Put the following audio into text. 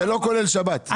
ולא כולל שבת.